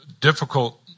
difficult